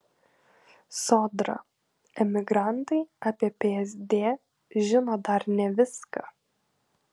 sodra emigrantai apie psd žino dar ne viską